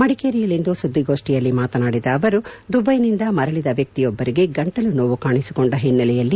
ಮಡಿಕೇರಿಯಲ್ಲಿಂದು ಸುದ್ದಿಗೋಷ್ಟಿಯಲ್ಲಿ ಮಾತನಾಡಿದ ಅವರು ದುಬೈನಿಂದ ಮರಳದ ವ್ಯಕ್ತಿಯೊಬ್ಬರಿಗೆ ಗಂಟಲು ನೋವು ಕಾಣಿಸಿಕೊಂಡ ಒನ್ನೆಲೆಯಲ್ಲಿ